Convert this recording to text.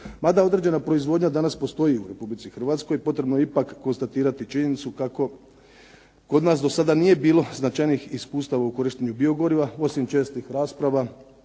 Mada određena proizvodnja danas postoji u Republici Hrvatskoj potrebno je ipak konstatirati činjenicu kako kod nas do sada nije bilo značajnijih iskustava u korištenju biogoriva osim čestih rasprava